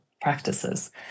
practices